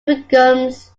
becomes